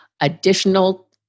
Additional